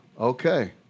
Okay